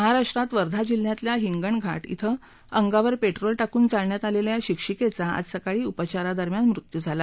महारष्ट्रात वर्धा जिल्ह्यातल्या हिंगणघा इथं अंगावर पेट्रोल कून जाळण्यात आलेल्या शिक्षिकेचा आज सकाळी उपचारादरम्यान मृत्यू झाला